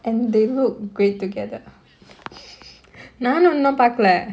and they look great together நானு இன்னு பாக்கல:naanu innu paakkala leh